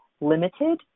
limited